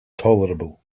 tolerable